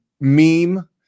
meme